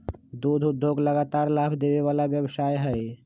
दुध उद्योग लगातार लाभ देबे वला व्यवसाय हइ